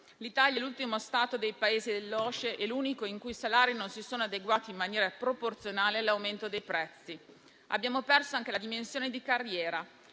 L'Italia è l'ultimo Stato dei Paesi dell'OSCE e l'unico in cui salari non si sono adeguati in maniera proporzionale all'aumento dei prezzi. Abbiamo perso anche la dimensione di carriera: